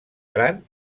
gran